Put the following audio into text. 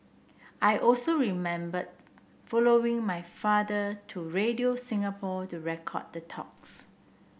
I also remember following my father to Radio Singapore to record the talks